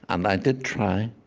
and i did try,